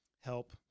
help